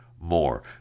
more